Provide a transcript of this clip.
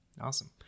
Awesome